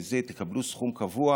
תקבלו סכום קבוע